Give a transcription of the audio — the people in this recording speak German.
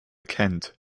kennt